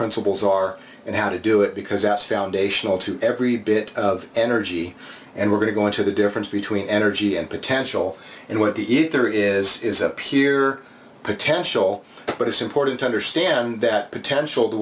principles are and how to do it because that's foundational to every bit of energy and we're going to go into the difference between energy and potential and one of the ether is peer potential but it's important to understand that potential the